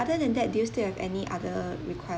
other than that do you still have any other require~